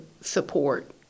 support